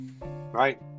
Right